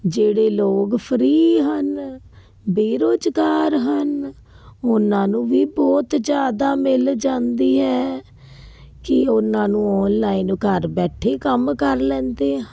ਜਿਹੜੇ ਲੋਕ ਫਰੀ ਹਨ ਬੇਰੁਜ਼ਗਾਰ ਹਨ ਉਹਨਾਂ ਨੂੰ ਵੀ ਬਹੁਤ ਜ਼ਿਆਦਾ ਮਿਲ ਜਾਂਦੀ ਹੈ ਕਿ ਉਹਨਾਂ ਨੂੰ ਆਨਲਾਈਨ ਘਰ ਬੈਠੇ ਕੰਮ ਕਰ ਲੈਂਦੇ ਹਨ